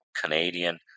Canadian